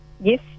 Yes